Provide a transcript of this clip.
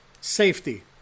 safety